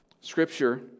Scripture